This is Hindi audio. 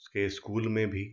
उसके इस्कूल में भी